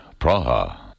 Praha